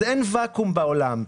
אז אין ואקום בעולם.